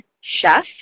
chef